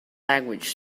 language